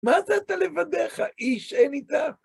מה זה אתה לבדך, איש אין איתך?